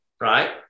right